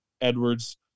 Edwards